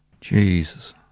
Jesus